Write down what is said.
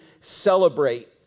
celebrate